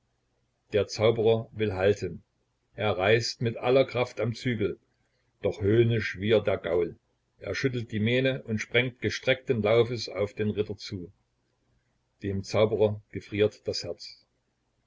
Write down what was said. der zauberer will halten er reißt mit aller kraft am zügel doch höhnisch wiehert der gaul er schüttelt die mähne und sprengt gestreckten laufes auf den ritter zu dem zauberer gefriert das herz